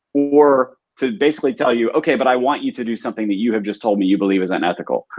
or to basically tell you, okay, but i want you to do something that you have just told me you believe is unethical.